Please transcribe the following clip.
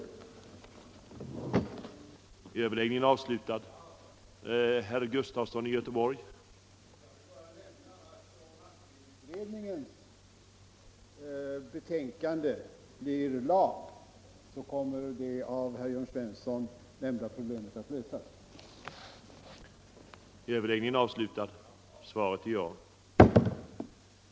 Marknadsförings